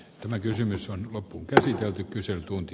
tämä kysymys on loppuunkäsitelty kyselytunti